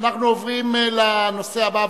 אנחנו עוברים לנושא הבא,